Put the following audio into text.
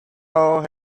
hole